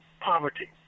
poverty